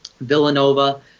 Villanova